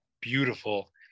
beautiful